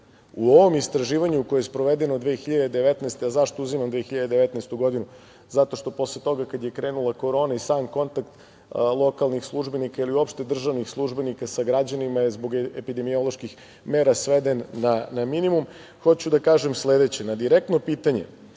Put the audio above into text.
U ovom istraživanju koje je sprovedeno 2019. godine, a zašto uzimam 2019, zato što posle toga kada je krenula korona i sam kontakt lokalnih službenika ili uopšte državnih službenika sa građanima je zbog epidemioloških mera sveden na minimum, hoću da kažem sledeće. Na direktno pitanje